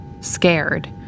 scared